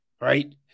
Right